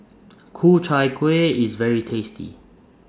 Ku Chai Kueh IS very tasty